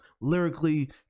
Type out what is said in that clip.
lyrically